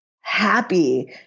happy